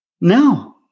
No